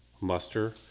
muster